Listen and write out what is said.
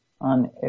on